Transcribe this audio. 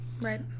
Right